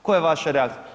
Koja je vaša reakcija?